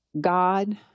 God